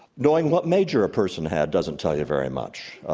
knowing what major a person had doesn't tell you very much.